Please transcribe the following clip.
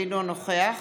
אינו נוכח